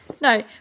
No